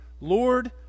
Lord